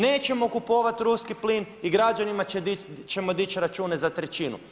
Nećemo kupovati ruski plin i građanima ćemo dići račune za trećinu.